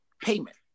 payment